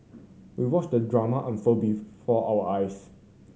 we watched the drama unfold before our eyes